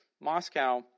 Moscow